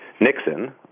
Nixon